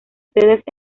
sedes